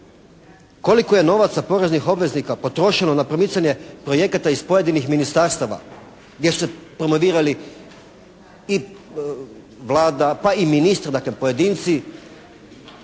Koliko je novaca poreznih obveznika potrošilo na promicanje projekata iz pojedinih ministarstava jer su promovirali i Vlada pa i ministri, dakle, pojedinci